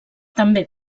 també